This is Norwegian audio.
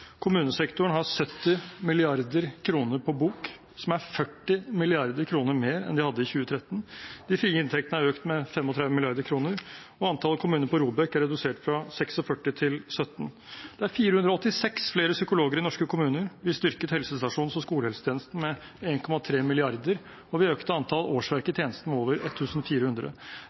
kommunesektoren har 70 mrd. kr på bok, som er 40 mrd. kr mer enn de hadde i 2013, de frie inntektene har økt med 35 mrd. kr, og antall kommuner på ROBEK er redusert fra 46 til 17. Det er 486 flere psykologer i norske kommuner, vi styrket helsestasjons- og skolehelsetjenesten med 1,3 mrd. kr, og vi økte antall årsverk i tjenesten med over